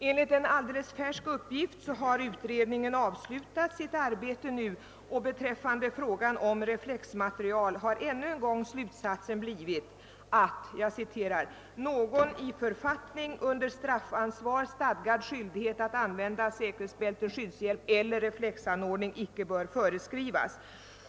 Enligt en alldeles färsk uppgift har utredningen nu avslutat sitt arbete, och beträffande frågan om reflexmaterial har slutsatsen ännu en gång blivit att »någon i författning under straffansvar stadgad skyldighet att använda säkerhetsbälte, skyddshjälm eller reflexanordning icke bör föreskrivas».